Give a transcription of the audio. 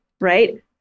right